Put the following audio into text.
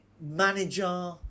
manager